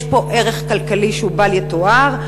יש פה ערך כלכלי בל יתואר.